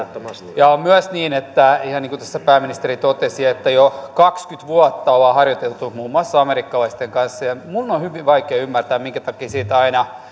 ja on myös niin ihan niin kuin tässä pääministeri totesi että jo kaksikymmentä vuotta ollaan harjoiteltu muun muassa amerikkalaisten kanssa ja minun on on hyvin vaikea ymmärtää minkä takia siitä aina